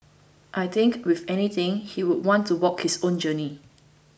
I think if anything he would want to walk his own journey